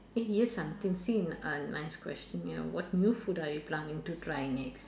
eh here's something seem a nice question ya what new food are you planning to try next